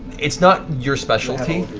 it's not your specialty,